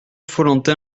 follentin